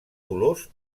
dolors